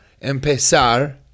empezar